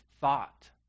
thought